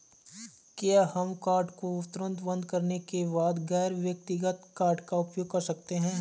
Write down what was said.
क्या हम कार्ड को तुरंत बंद करने के बाद गैर व्यक्तिगत कार्ड का उपयोग कर सकते हैं?